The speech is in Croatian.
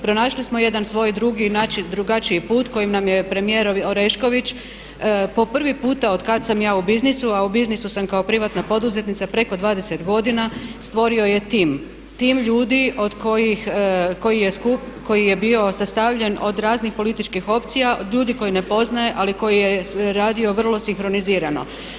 Pronašli smo jedan svoj drugi način, drugačiji put koji nam je premijer Orešković po prvi puta otkada sam ja u biznisu, a u biznisu sam kao privatna poduzetnica preko 20 godina, stvorio je tim, tim ljudi od kojih, koji je bio sastavljen od raznih političkih opcija, od ljudi koje ne poznaje ali koji je radio vrlo sinkronizirano.